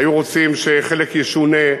היו רוצים שחלק ישונה,